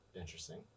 interesting